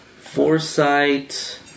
Foresight